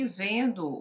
vendo